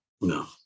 No